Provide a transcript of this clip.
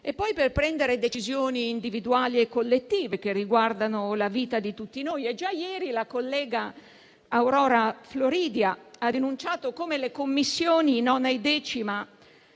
e per prendere decisioni individuali e collettive che riguardano la vita di tutti noi. Già ieri la collega Aurora Floridia ha denunciato come le Commissioni 9a e